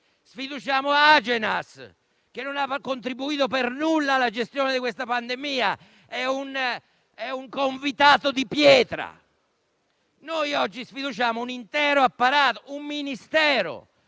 Sfiduciamo Agenas, che non ha contribuito per nulla alla gestione di questa pandemia: è un convitato di pietra. Noi oggi sfiduciamo un intero apparato, un Ministero